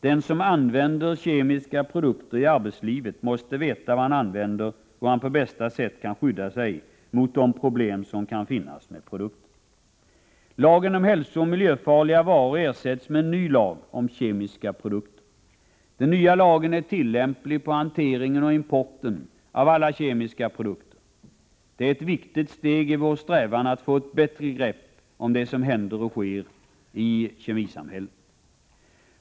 Den som använder kemiska produkter i arbetslivet måste veta vad han använder och hur han på bästa sätt kan skydda sig mot de problem som kan vara förknippade med produkten. Lagen om hälsooch miljöfarliga varor ersätts med en ny lag om kemiska produkter. Den nya lagen är tillämplig på hanteringen och importen av alla kemiska produkter. Det är ett viktigt steg i våra strävanden att få ett bättre grepp om det som händer i kemisamhället.